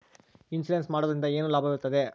Insurance ಮಾಡೋದ್ರಿಂದ ಏನು ಲಾಭವಿರುತ್ತದೆ?